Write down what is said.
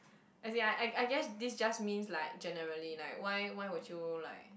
as in I I I guess this just means like generally like why why would you like